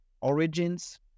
origins